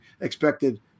expected